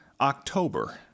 October